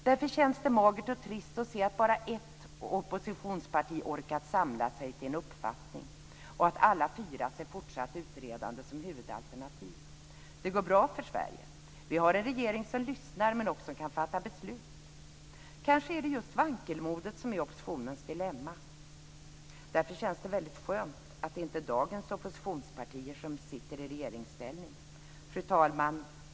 Därför känns det magert och trist att se att bara ett oppositionsparti orkat samla sig till en uppfattning och att alla fyra ser fortsatt utredande som huvudalternativet. Det går bra för Sverige. Vi har en regering som lyssnar och som också kan fatta beslut. Kanske är det just vankelmodet som är oppositionens dilemma. Därför känns det väldigt skönt att det inte är dagens oppositionspartier som är i regeringsställning. Fru talman!